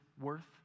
worth